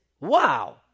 Wow